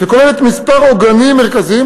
והיא כוללת כמה עוגנים מרכזיים,